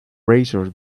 razors